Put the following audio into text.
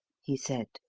he said.